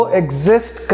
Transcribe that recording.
exist